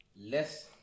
less